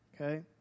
okay